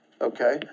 Okay